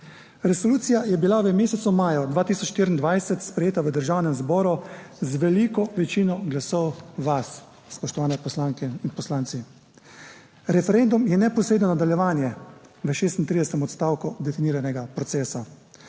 Resolucija je bila v mesecu maju 2024 sprejeta v Državnem zboru z veliko večino glasov vas, spoštovani poslanke in poslanci. Referendum je neposredno nadaljevanje v šestintridesetem odstavku definiranega procesa.